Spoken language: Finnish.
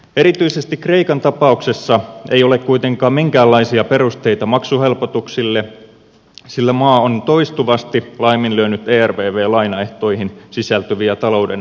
erityisesti kreikan tapauksessa ei ole kuitenkaan minkäänlaisia perusteita maksuhelpotuksille sillä maa on toistuvasti laiminlyönyt ervv lainaehtoihin sisältyviä talouden reformointivaatimuksia